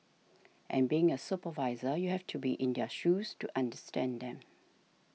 and being a supervisor you have to be in their shoes to understand them